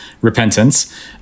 Repentance